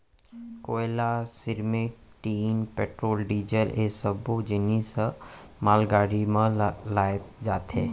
कोयला, सिरमिट, tin, petrol, diesel ए सब्बो जिनिस ह मालगाड़ी म लाए जाथे